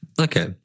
Okay